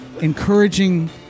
encouraging